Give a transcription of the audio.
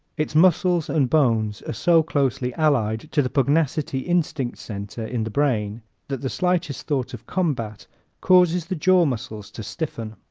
its muscles and bones are so closely allied to the pugnacity instinct center in the brain that the slightest thought of combat causes the jaw muscles to stiffen.